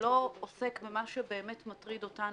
ולא עוסק במה שבאמת מטריד אותנו,